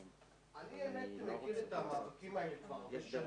אני מכיר את המאבקים האלה כבר הרבה שנים,